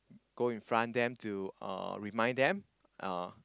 go in front them to uh remind them uh